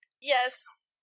Yes